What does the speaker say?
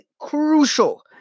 crucial